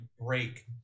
break